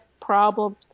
problems